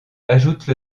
ajoutent